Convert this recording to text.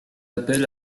appel